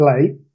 late